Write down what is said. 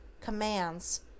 Commands